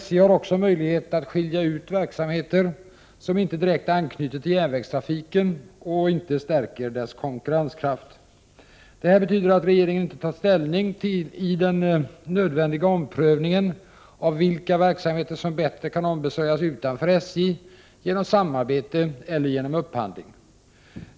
SJ har också möjlighet att skilja ut verksamheter som inte direkt anknyter till järnvägstrafiken och inte stärker dess konkurrenskraft. Det här betyder att regeringen inte tar ställning i den nödvändiga omprövningen av vilka verksamheter som bättre kan ombesörjas utanför SJ genom samarbete eller genom upphandling.